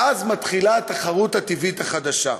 ואז מתחילה התחרות הטבעית החדשה.